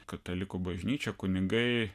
katalikų bažnyčia kunigai